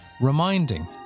reminding